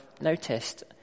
noticed